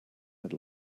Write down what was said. had